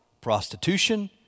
prostitution